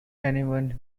anyone